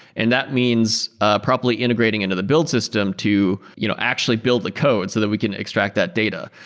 and that means ah properly integrating into the build system to you know actually build the code so that we can extract that data.